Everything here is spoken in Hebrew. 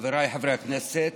חבריי חברי הכנסת,